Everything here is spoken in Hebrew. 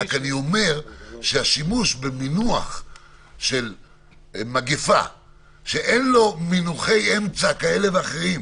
אני רק אומר שהשימוש במינוח של מגפה שאין לו מינוחי אמצע כאלה ואחרים,